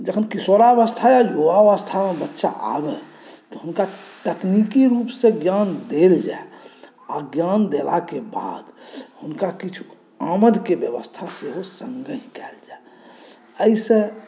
जखन किशोरावस्था या युवावस्थामे बच्चा आबय तऽ हुनका तकनीकी रूपसँ ज्ञान देल जाय आ ज्ञान देलाक बाद हुनका किछु आमदके व्यवस्था सेहो सङ्गहि कयल जाय एहिसँ